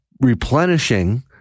replenishing